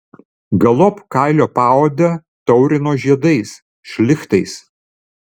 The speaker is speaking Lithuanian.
galop kailio paodę taurino žiedais šlichtais